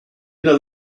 inner